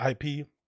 IP